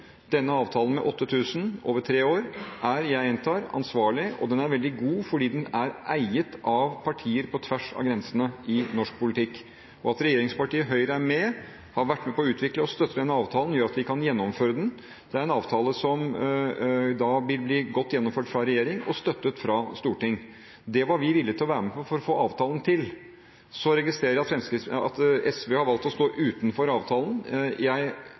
Denne avtalen om 8 000 over tre år er – jeg gjentar – ansvarlig, og den er veldig god fordi den er eid av partier på tvers av grensene i norsk politikk. At regjeringspartiet Høyre er med, at de har vært med på å utvikle og støtter denne avtalen, gjør at vi kan gjennomføre den. Det er en avtale som vil bli godt gjennomført av regjeringen og støttet av Stortinget. Det var vi villige til å være med på for å få avtalen til. Så registrerer jeg at SV har valgt å stå utenfor avtalen. Jeg